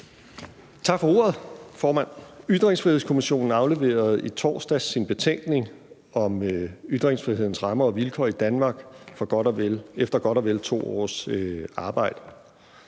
Tak for ordet, formand. Ytringsfrihedskommissionen afleverede i torsdags sin betænkning om ytringsfrihedens rammer og vilkår i Danmark efter godt og vel 2 års arbejde